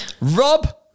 Rob